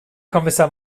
kommissar